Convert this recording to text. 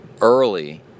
early